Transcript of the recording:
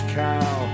cow